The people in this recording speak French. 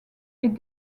est